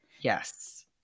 Yes